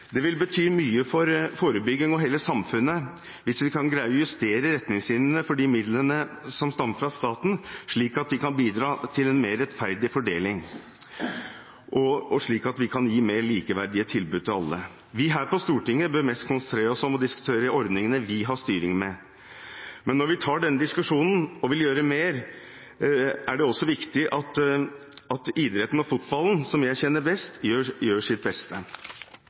vil bety mye for forebygging og for hele samfunnet hvis vi kan greie å justere retningslinjene for de midlene som stammer fra staten, slik at de kan bidra til en mer rettferdig fordeling, og slik at vi kan gi mer likeverdige tilbud til alle. Vi på Stortinget bør konsentrere oss mest om å diskutere ordningene vi har styring med. Men når vi tar denne diskusjonen og vil gjøre mer, er det også viktig at idretten og fotballen – som jeg kjenner best – gjør sitt beste.